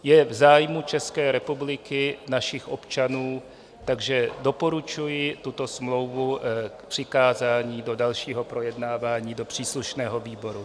Je v zájmu České republiky, našich občanů, takže doporučuji tuto smlouvu k přikázání do dalšího projednávání do příslušného výboru.